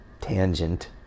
Tangent